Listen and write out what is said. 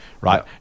right